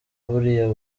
buriya